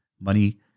money